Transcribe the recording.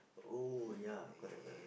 oh ya correct correct correct